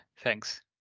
Thanks